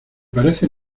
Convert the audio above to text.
parece